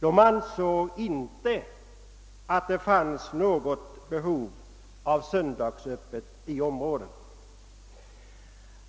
De ansåg inte att det fanns något behov av att ha söndagsöppet i området.